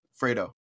fredo